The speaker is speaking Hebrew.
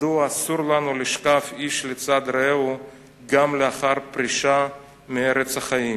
מדוע אסור לנו לשכב איש לצד רעהו גם לאחר פרישה מארץ החיים?